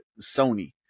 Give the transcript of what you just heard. sony